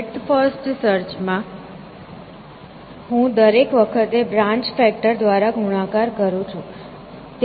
breadth first search માં હું દરેક વખતે બ્રાન્ચ ફેક્ટર દ્વારા ગુણાકાર કરું છું